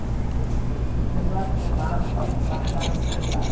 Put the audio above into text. सूअर के मांस बहुत महंगा बिकेला